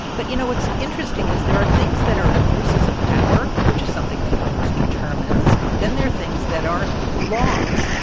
but, you know, what's interesting is there are things that are abuses of power, which is something that congress determines. then there are things that are laws.